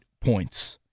points